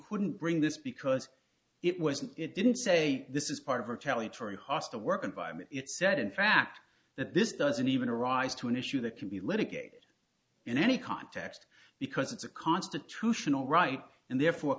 couldn't bring this because it wasn't it didn't say this is part of her talent for a hostile work environment it's said in fact that this doesn't even rise to an issue that can be litigated in any context because it's a constitutional right and therefore